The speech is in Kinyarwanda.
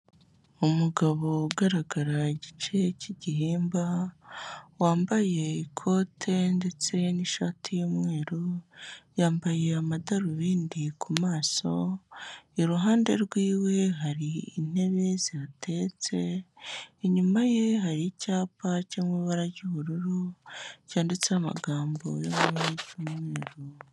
Umugabo ugaragara igice cy'igihimba, wambaye ikote ndetse n'ishati y'umweru, yambaye amadarubindi ku maso, iruhande rw'iwe hari intebe zitetse, inyuma ye hari icyapa cy'amabara ry'ubururu cyanditseho amagambo yo mu ibara ry'umweru.